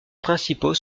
principaux